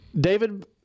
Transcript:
david